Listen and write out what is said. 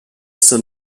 son